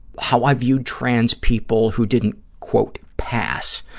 how i viewed trans people who didn't, quote, pass.